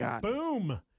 Boom